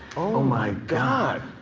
oh, my god.